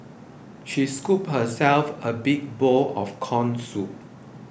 she scooped herself a big bowl of Corn Soup